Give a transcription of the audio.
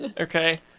Okay